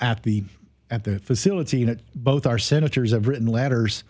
at the at the facility that both our senators have written letters